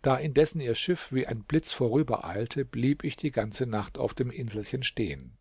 da indessen ihr schiff wie ein blitz vorübereilte blieb ich die ganze nacht auf dem inselchen stehen